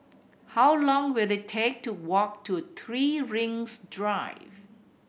how long will it take to walk to Three Rings Drive